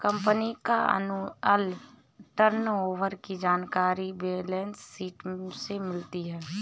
company का annual turnover की जानकारी बैलेंस शीट से मिलती है